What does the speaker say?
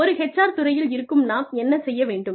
ஒரு HR துறையில் இருக்கும் நாம் என்ன செய்ய வேண்டும்